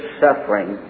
suffering